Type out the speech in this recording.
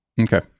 Okay